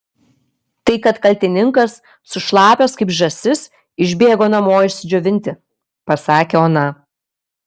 tai kad kaltininkas sušlapęs kaip žąsis išbėgo namo išsidžiovinti pasakė ona